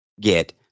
get